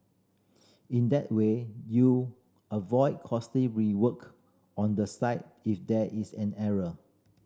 in that way you avoid costly rework on the site if there is an error